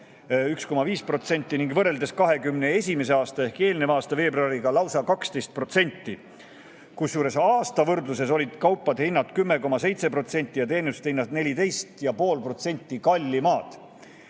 1,5% ning võrreldes 2021. aasta ehk eelneva aasta veebruariga lausa 12%. Kusjuures aasta võrdluses olid kaupade hinnad 10,7% ja teenuste hinnad 14,5% kallimad.